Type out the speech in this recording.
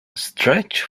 stretched